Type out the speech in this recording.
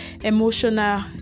emotional